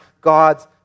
God's